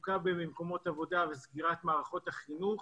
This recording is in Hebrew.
מצוקה במקומות עבודה וסגירת מערכות החינוך